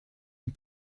une